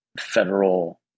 federal